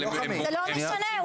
אבל --- זה לא משנה,